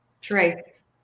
Trace